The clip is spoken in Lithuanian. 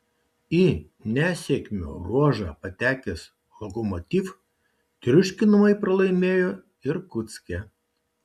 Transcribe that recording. į nesėkmių ruožą patekęs lokomotiv triuškinamai pralaimėjo irkutske